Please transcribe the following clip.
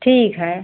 ठीक है